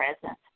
present